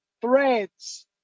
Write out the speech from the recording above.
threads